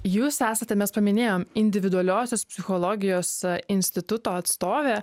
jūs esate mes paminėjom individualiosios psichologijos instituto atstovė